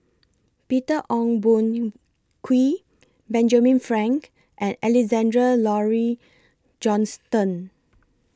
Peter Ong Boon Kwee Benjamin Frank and Alexandra Laurie Johnston